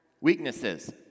weaknesses